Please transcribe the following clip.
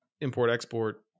import-export